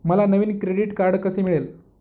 मला नवीन credit card कसे मिळेल?